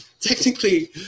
technically